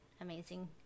amazing